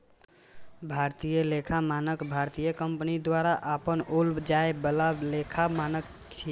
भारतीय लेखा मानक भारतीय कंपनी द्वारा अपनाओल जाए बला लेखा मानक छियै